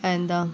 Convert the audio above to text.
എന്താ